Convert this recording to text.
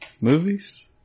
movies